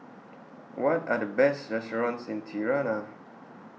What Are The Best restaurants in Tirana